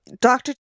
Doctor